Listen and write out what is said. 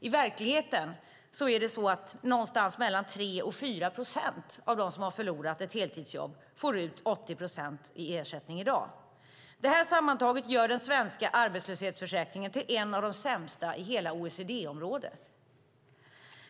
I verkligheten är det någonstans mellan 3 och 4 procent av dem som har förlorat ett heltidsjobb som får ut 80 procent i ersättning i dag. Det här sammantaget gör den svenska arbetslöshetsförsäkringen till en av de sämsta i hela OECD-området.